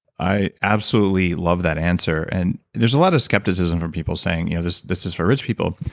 i absolutely love that answer. and there's a lot of skepticism from people saying you know this this is for rich people.